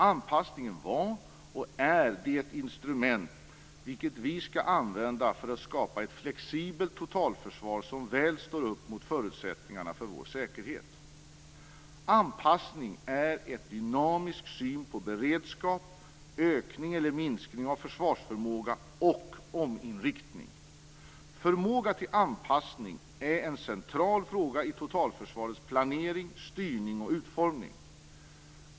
Anpassningen var och är det instrument vilket vi skall använda för att skapa ett flexibelt totalförsvar som väl står upp mot förutsättningarna för vår säkerhet. Anpassning är en dynamisk syn på beredskap, ökning eller minskning av försvarsförmåga och ominriktning. Förmåga till anpassning är en central fråga i totalförsvarets planering, styrning och utformning.